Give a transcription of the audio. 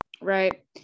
Right